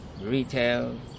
retail